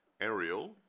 Ariel